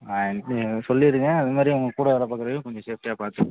ஆ நீங்கள் சொல்லியிருங்க அது மாதிரியே உங்கள் கூட வேலை பார்க்கறவரையும் கொஞ்சம் சேஃப்டியாக பார்த்துக்கங்க